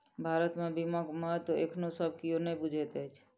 भारत मे बीमाक महत्व एखनो सब कियो नै बुझैत अछि